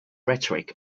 rhetoric